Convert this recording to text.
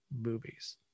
movies